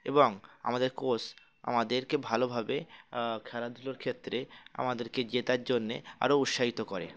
এবং আমাদের কোচ আমাদেরকে ভালোভাবে খেলাধুলোর ক্ষেত্রে আমাদেরকে জেতার জন্যে আরও উৎসাহিত করে